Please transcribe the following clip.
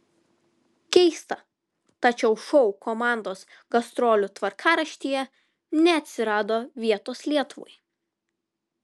keista tačiau šou komandos gastrolių tvarkaraštyje neatsirado vietos lietuvai